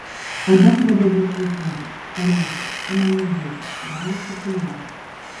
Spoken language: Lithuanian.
oda pradeda šlapiuoti parausta ima niežėti gali supūliuoti